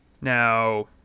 Now